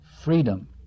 freedom